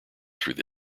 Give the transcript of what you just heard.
through